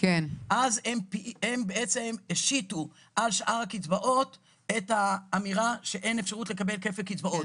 אז הם השיתו על שאר הקצבאות את האמירה שאין אפשרות לקבל כפל קצבאות.